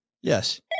Yes